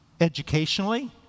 Educationally